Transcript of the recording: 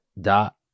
dot